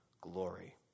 glory